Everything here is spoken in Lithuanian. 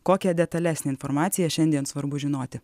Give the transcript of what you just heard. kokią detalesnę informaciją šiandien svarbu žinoti